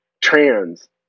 trans